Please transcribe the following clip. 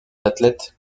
athlète